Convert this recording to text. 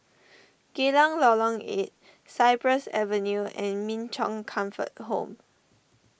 Geylang Lorong eight Cypress Avenue and Min Chong Comfort Home